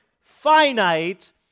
finite